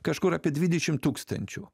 kažkur apie dvidešim tūkstančių